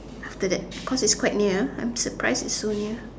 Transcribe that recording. after that because it's quite near I'm surprised it's so near